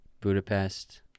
Budapest